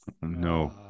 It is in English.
No